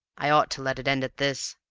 i ought to let it end at this.